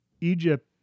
Egypt